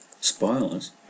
Spoilers